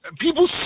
people